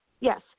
Yes